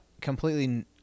completely